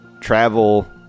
travel